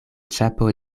ĉapo